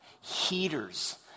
heaters